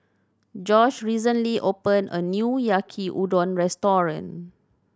Josh recently opened a new Yaki Udon Restaurant